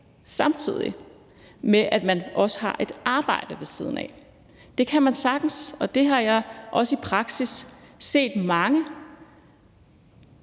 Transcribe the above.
samtidig med at man også har et arbejde ved siden af. Det kan man sagtens, og det har jeg også i praksis set mange